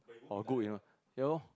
or good in what ya lor